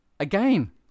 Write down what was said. Again